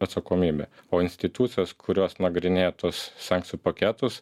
atsakomybė o institucijos kurios nagrinėja tuos sankcijų paketus